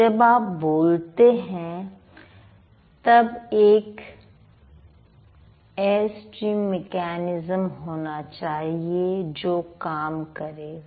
जब आप बोलते हैं तब एक एयरस्ट्रीम मेकैनिज्म होना चाहिए जो काम करेगा